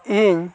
ᱤᱧ